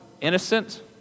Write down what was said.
innocent